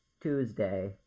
Tuesday